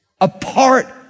apart